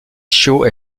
shaw